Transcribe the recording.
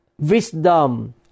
wisdom